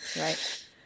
Right